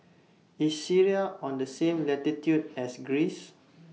IS Syria on The same latitude as Greece